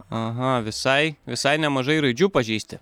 aha visai visai nemažai raidžių pažįsti